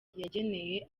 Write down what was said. yageneye